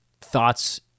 thoughts